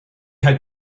had